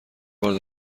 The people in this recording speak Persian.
بار